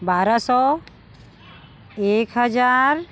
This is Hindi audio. बारह सौ एक हजार